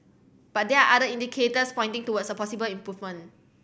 but they are other indicators pointing towards a possible improvement